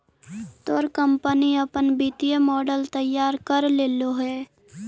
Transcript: तोर कंपनी अपन वित्तीय मॉडल तैयार कर लेलो हे?